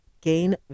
gain